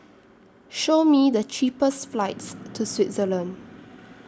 Show Me The cheapest flights to Switzerland